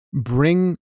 bring